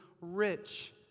rich